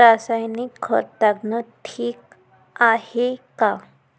रासायनिक खत टाकनं ठीक हाये का?